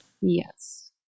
Yes